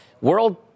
World